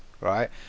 right